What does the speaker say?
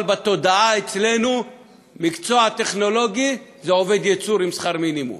אבל בתודעה אצלנו מקצוע טכנולוגי זה עובד ייצור עם שכר מינימום.